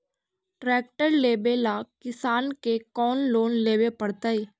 Tractor लेवेला किसान के कौन लोन लेवे पड़तई?